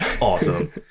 Awesome